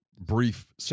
brief